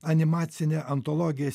animacinė antologija